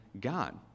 God